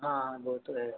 हाँ वो तो है